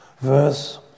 verse